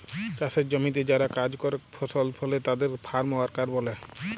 চাসের জমিতে যারা কাজ করেক ফসল ফলে তাদের ফার্ম ওয়ার্কার ব্যলে